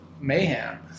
mayhem